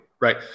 right